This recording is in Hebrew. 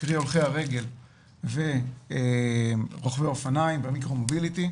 קרי הולכי הרגל ורוכבי האופניים והמיקרו-מובילטי,